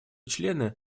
члены